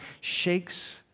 shakes